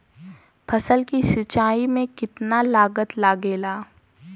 फसल की सिंचाई में कितना लागत लागेला?